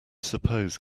suppose